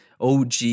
OG